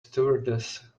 stewardess